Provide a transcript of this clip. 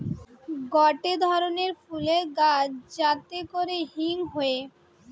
গটে ধরণের ফুলের গাছ যাতে করে হিং হয়ে